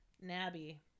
Nabby